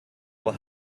will